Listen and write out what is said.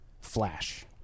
flash